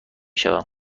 شوم